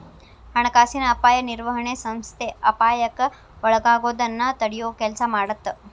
ಹಣಕಾಸಿನ ಅಪಾಯ ನಿರ್ವಹಣೆ ಸಂಸ್ಥೆ ಅಪಾಯಕ್ಕ ಒಳಗಾಗೋದನ್ನ ತಡಿಯೊ ಕೆಲ್ಸ ಮಾಡತ್ತ